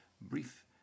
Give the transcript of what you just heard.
brief